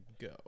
go